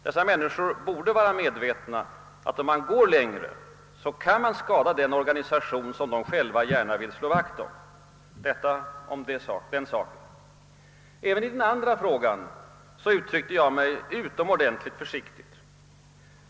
Dessa människor borde vara medvetna om att man, om man går längre, kan skada den organisation de själva gärna vill slå vakt om. Även i den andra frågan uttryckte jag mig utomordentligt försiktigt.